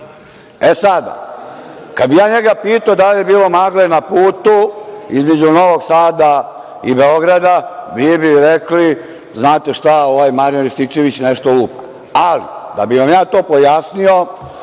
sada, kada bih ja njega pitao da li je bilo magle na putu između Novog Sada i Beograda, vi bi rekli – ovaj Marijan Rističević nešto lupa. Ali, da bi vam ja to pojasnio,